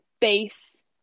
base